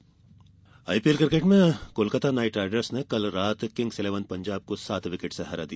IPL IPL cricket में Kolkata Knight Riders ने कल रात किंग्स इलेवन पंजाब को सात विकेट से हरा दिया